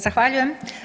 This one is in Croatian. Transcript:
Zahvaljujem.